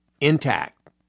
intact